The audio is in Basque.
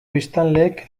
biztanleek